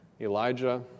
Elijah